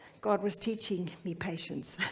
god was teaching me patience.